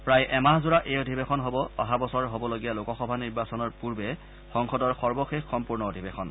প্ৰায় এমাহ জোৰা এই অধিবেশন হ'ব অহা বছৰ হ'বলগীয়া লোকসভা নিৰ্বাচনপৰ পূৰ্বে সংসদৰ সৰ্বশেষ সম্পূৰ্ণ অধিবেশন